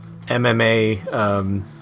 MMA